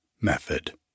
method